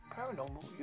paranormal